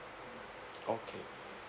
okay